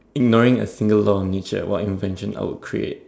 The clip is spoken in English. ignoring a single law on nature what invention I would create